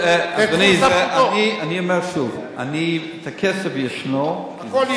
אדוני, אני אומר שוב, הכסף ישנו, הכול יש.